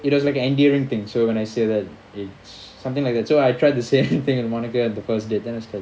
it was like an endearing thing so when I say that it's something like that so I try to say anything and monica they தங்கச்சி:thangatchi for him